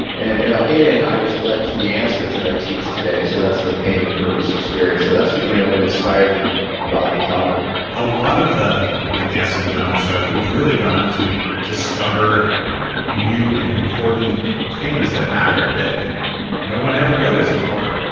and um in it, i was led to the answers that i teach today. so that's the pain to purpose experience, so that's what you know what inspires me about the topic a lot of the the guests who've been on the show, who've really gone on to discover new and important things that matter, that that no one ever noticed before,